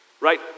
right